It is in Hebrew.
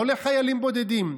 לא לחיילים בודדים,